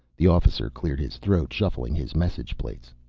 the officer cleared his throat, shuffling his message plates.